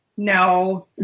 No